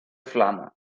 flama